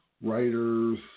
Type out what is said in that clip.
writers